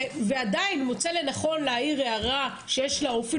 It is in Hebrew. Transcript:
ועדיין הוא מוצא לנכון להעיר הערה שיש לה אופי